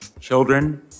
children